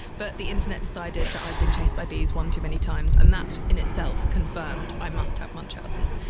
but the internet decided that i've been chased by bees one too many times and that in itself confirmed i must have munchhausen.